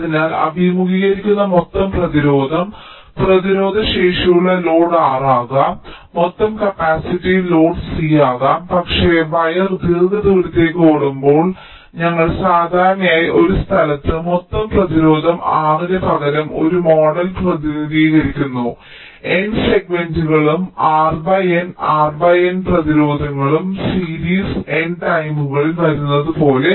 അതിനാൽ അഭിമുഖീകരിക്കുന്ന മൊത്തം പ്രതിരോധം പ്രതിരോധശേഷിയുള്ള ലോഡ് R ആകാം മൊത്തം കപ്പാസിറ്റീവ് ലോഡ് C ആകാം പക്ഷേ വയർ ദീർഘദൂരത്തേക്ക് ഓടുമ്പോൾ അതിനാൽ ഞങ്ങൾ സാധാരണയായി ഒരു സ്ഥലത്ത് മൊത്തം പ്രതിരോധം R ന് പകരം ഒരു മോഡൽ പ്രതിനിധീകരിക്കുന്നു N സെഗ്മെന്റുകളും R N R N പ്രതിരോധങ്ങളും സീരീസ് N ടൈമുകളിൽ വരുന്നതുപോലെ